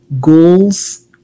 goals